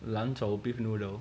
lanzhou beef noodle